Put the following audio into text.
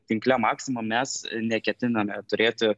tinkle maksima mes neketiname turėti